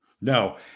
No